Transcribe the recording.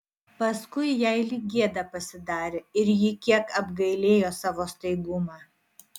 paskui jai lyg gėda pasidarė ir ji kiek apgailėjo savo staigumą